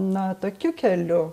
na tokiu keliu